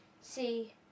see